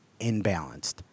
imbalanced